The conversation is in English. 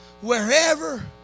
wherever